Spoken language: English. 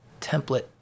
template